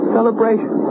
Celebration